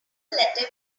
letter